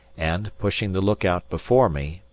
and, pushing the look-out before me,